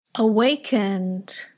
awakened